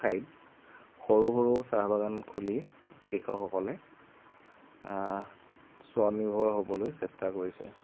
ঠাইত সৰু সৰু চাহ বাগান খুলি কৃষকসকলে স্ব নিৰ্ভৰ হ'বলৈ চেষ্টা কৰিছে